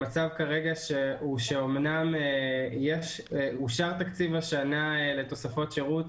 המצב כרגע הוא שאמנם אושר תקציב השנה לתוספות שירות,